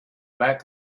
back